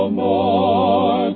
more